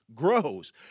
Grows